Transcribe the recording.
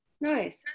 Nice